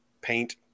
paint